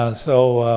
ah so,